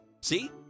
See